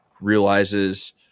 realizes